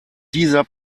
dieser